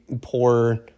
poor